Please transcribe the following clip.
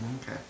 Okay